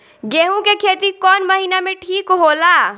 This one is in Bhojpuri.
गेहूं के खेती कौन महीना में ठीक होला?